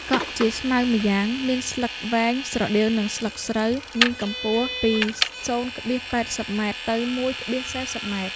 កក់ជាស្មៅម្យ៉ាងមានស្លឹកវែង ស្រដៀងនឹងស្លឹកស្រូវ មានកំពស់ ពី ០,៨០ ម៉ែត្រទៅ ១,៤០ ម៉ែត្រ ។